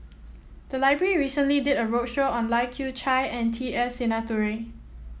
the library recently did a roadshow on Lai Kew Chai and T S Sinnathuray